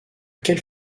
quelle